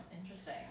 interesting